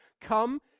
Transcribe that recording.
Come